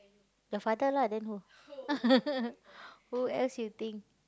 the father lah then who who else you think